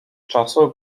czasu